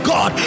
God